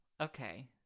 Okay